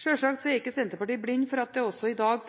Sjølsagt er ikke Senterpartiet blind for at det også i dag